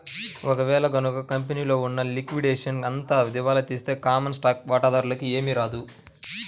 ఒక వేళ గనక కంపెనీలో ఉన్న లిక్విడేషన్ అంతా దివాలా తీస్తే కామన్ స్టాక్ వాటాదారులకి ఏమీ రాదు